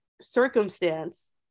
circumstance